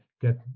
get